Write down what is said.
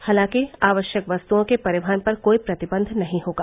हालांकि आवश्यक वस्तुओं के परिवहन पर कोई प्रतिबंध नहीं होगा